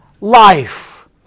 life